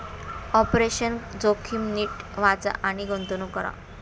operational जोखीम नीट वाचा आणि गुंतवणूक करा